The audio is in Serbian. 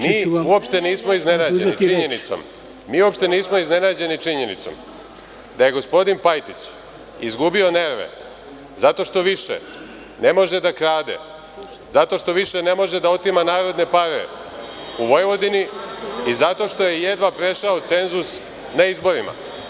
Mi uopšte nismo iznenađeni činjenicom da je gospodin Pajtić izgubio nerve zato što više ne može da krade, zato što više ne može da otima narodne pare u Vojvodini i zato što je jedva prešao cenzus na izborima.